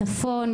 צפון,